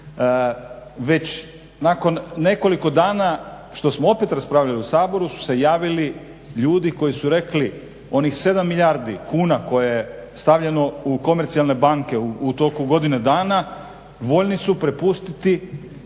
Već nakon nekoliko dana što smo opet raspravljali u Saboru su se javili ljudi koji su rekli onih 7 milijardi kuna koje je stavljeno u komercijalne banke u toku godine dana voljni su prepustiti